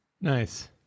Nice